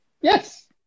Yes